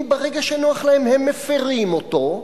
אם ברגע שנוח להם הם מפרים אותו,